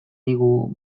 digu